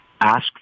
Ask